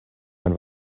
ein